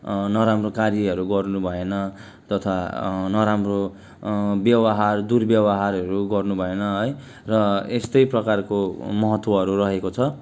नराम्रो कार्यहरू गर्नुभएन तथा नराम्रो व्यवहार दुर्व्यवहारहरू गर्नुभएन है र यस्तै प्रकारको महत्त्वहरू रहेको छ